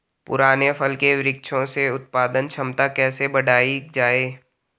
पुराने फल के वृक्षों से उत्पादन क्षमता कैसे बढ़ायी जाए?